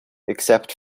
except